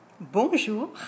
Bonjour